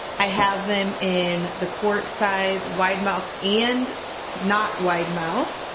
i have them in the quart-size wide mouth and not wide mouth.